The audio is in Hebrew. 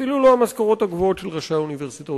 אפילו לא המשכורות הגבוהות של ראשי האוניברסיטאות.